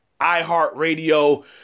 iHeartRadio